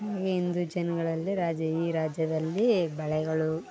ಹಾಗೇ ಹಿಂದು ಜನಗಳಲ್ಲೆ ರಾಜ ಈ ರಾಜ್ಯದಲ್ಲಿ ಬಳೆಗಳು